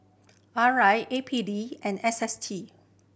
R I A P D and S S T